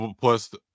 Plus